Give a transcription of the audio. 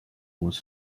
was